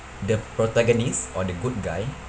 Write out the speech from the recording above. the protagonist or the good guy